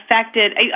affected